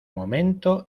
momento